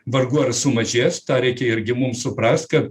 vargu ar sumažės tą reikia irgi mums suprast kad